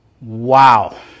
Wow